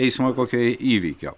eismo kokio įvykio